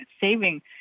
saving